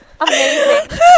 amazing